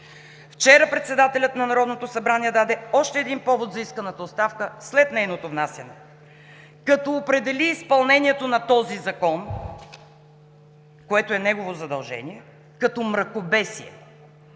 Вчера председателят на Народното събрание даде още един повод за исканата оставка след нейното внасяне, като определи изпълнението на този закон, което е негово задължение, като „мракобесие“!